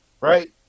Right